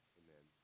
amen